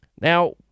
Now